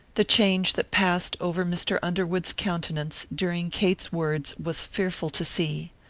the change that passed over mr. underwood's countenance during kate's words was fearful to see.